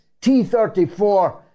T-34